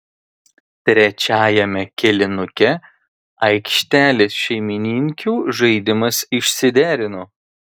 trečiajame kėlinuke aikštelės šeimininkių žaidimas išsiderino